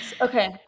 Okay